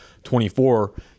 24